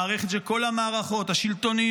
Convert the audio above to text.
מערכת שבה כל המערכות השלטוניות,